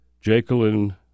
Jacqueline